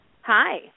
Hi